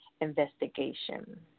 investigation